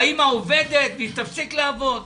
והאמא עובדת והיא תפסיק לעבוד.